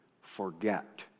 forget